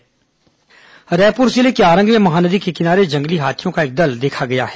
हाथी विचरण रायपुर जिले के आरंग में महानदी के किनारे जंगली हाथियों का एक दल देखा गया है